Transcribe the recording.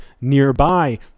nearby